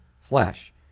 flesh